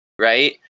right